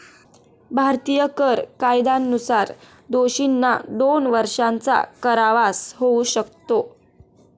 भारतीय कर कायद्यानुसार दोषींना दोन वर्षांचा कारावास होऊ शकतो